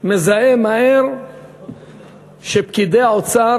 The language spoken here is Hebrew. מזהה מהר שפקידי האוצר